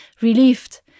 relieved